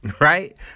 right